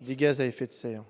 des émissions de gaz à effet de serre.